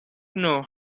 know